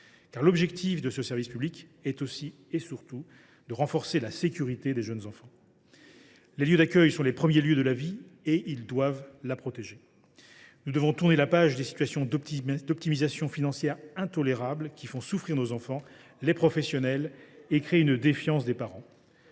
fait, l’objectif de ce service public est aussi et surtout de renforcer la sécurité des jeunes enfants. Les lieux d’accueil sont les premiers lieux de la vie ; ils doivent la protéger. Nous devons tourner la page des intolérables situations d’optimisation financière, qui font souffrir nos enfants et les professionnels et qui créent une défiance des parents.